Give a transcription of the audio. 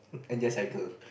and just cycle